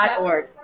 org